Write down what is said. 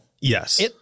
yes